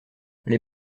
les